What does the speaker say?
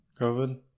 COVID